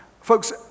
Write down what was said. Folks